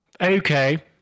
Okay